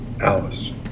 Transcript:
Alice